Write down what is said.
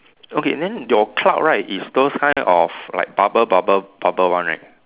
okay then your cloud right is those kind of like bubble bubble bubble one right